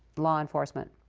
law enforcement.